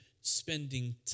spending